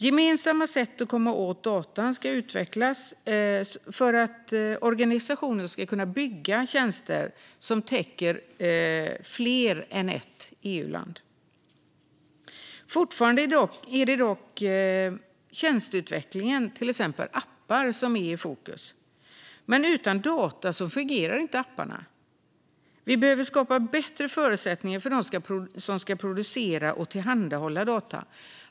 Gemensamma sätt att komma åt data ska utvecklas så att organisationer kan bygga tjänster som täcker fler än ett EU-land. Fortfarande är det dock tjänsteutvecklingen, till exempel appar, som är i fokus. Men utan data fungerar inte apparna. Vi behöver skapa bättre förutsättningar för dem som ska producera och tillhandahålla data.